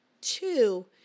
Two